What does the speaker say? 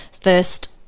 first